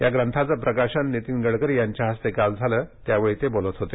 त्या ग्रंथाचे प्रकाशन नितीन गडकरी यांच्या हस्ते काल झालं त्यावेळी ते बोलत होते